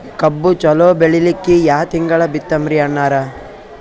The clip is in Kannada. ಕಬ್ಬು ಚಲೋ ಬೆಳಿಲಿಕ್ಕಿ ಯಾ ತಿಂಗಳ ಬಿತ್ತಮ್ರೀ ಅಣ್ಣಾರ?